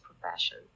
profession